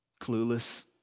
clueless